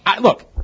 Look